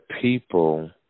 people